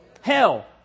Hell